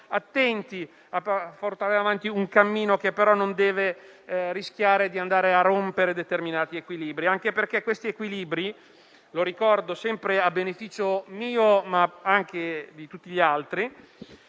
attenti a portare avanti un cammino che però non deve rischiare di rompere determinati equilibri, anche perché - lo ricordo sempre a beneficio mio, ma anche di tutti gli altri